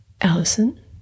Allison